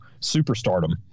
superstardom